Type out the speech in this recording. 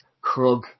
Krug